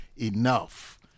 enough